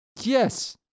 Yes